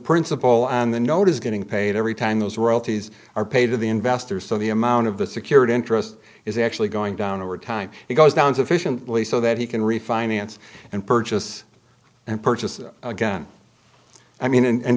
principal on the note is getting paid every time those royalties are paid to the investors so the amount of the secured interest is actually going down over time it goes down sufficiently so that he can refinance and purchase and purchase again i mean and